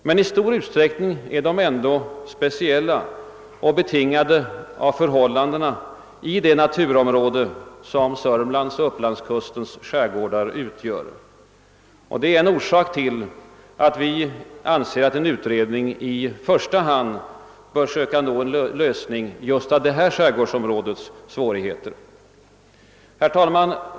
Men i stor utsträckning är de ändock speciella och betingade av förhållandena i det naturområde som Södermanlands och Upplands skärgårdar utgör. Detta är en orsak till att vi anser att en utredning i första hand bör söka nå en lösning just av detta skärgårdsområdes svårigheter.